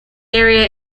area